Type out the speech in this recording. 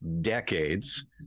decades